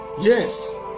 Yes